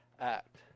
act